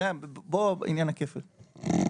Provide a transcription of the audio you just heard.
בו עניין הכפל.